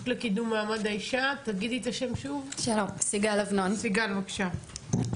הרשות לקידום מעמד האישה, סיגל, בבקשה.